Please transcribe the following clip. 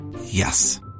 Yes